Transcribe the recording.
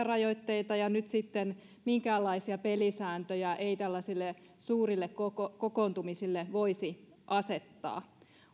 rajoitteita ja nyt sitten minkäänlaisia pelisääntöjä ei tällaisille suurille kokoontumisille voisi asettaa